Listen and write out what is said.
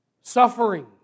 suffering